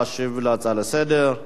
ואחר כך אנחנו נמשיך.